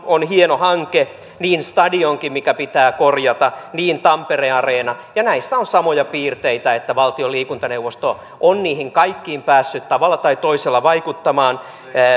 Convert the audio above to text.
on hieno hanke niin stadionkin mikä pitää korjata samoin tampere areena ja näissä on samoja piirteitä että valtion liikuntaneuvosto on niihin kaikkiin päässyt tavalla tai toisella vaikuttamaan